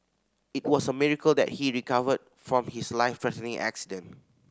it was a miracle that he recovered from his life threatening accident